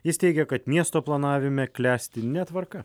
jis teigė kad miesto planavime klesti netvarka